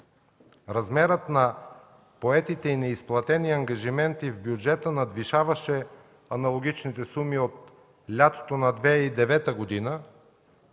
Размерът на поетите и неизплатени ангажименти в бюджета надвишаваше аналогичните суми от лятото на 2009 г.,